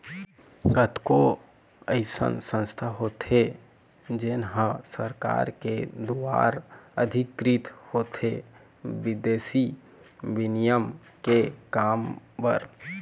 कतको अइसन संस्था होथे जेन ह सरकार के दुवार अधिकृत होथे बिदेसी बिनिमय के काम बर